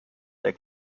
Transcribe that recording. der